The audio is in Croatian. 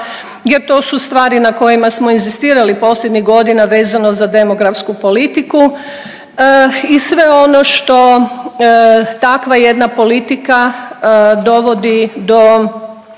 jer to su stvari na kojima smo inzistirali posljednjih godina vezano za demografsku politiku i sve ono što takva jedna politika dovodi do,